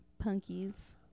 Punkies